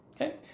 Okay